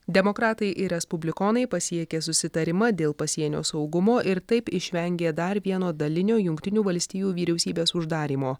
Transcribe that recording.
demokratai ir respublikonai pasiekė susitarimą dėl pasienio saugumo ir taip išvengė dar vieno dalinio jungtinių valstijų vyriausybės uždarymo